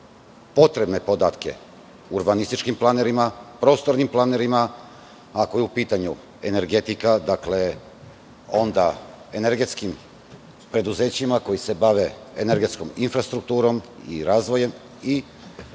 potrebne podatke urbanističkim planerima, prostornim planerima, ako je u pitanju energetika, onda energetskim preduzećima koja se bave energetskom infrastrukturom i razvojem. U tom